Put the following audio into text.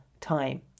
time